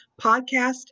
podcast